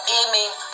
aiming